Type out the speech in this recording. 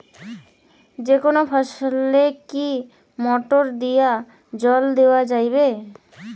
যেকোনো ফসলে কি মোটর দিয়া জল দেওয়া যাবে?